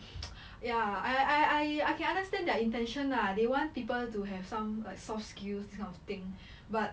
ya I I I can understand their intention lah they want people to have some like soft skills kind of thing but